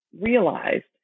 realized